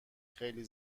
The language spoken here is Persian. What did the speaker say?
خیلی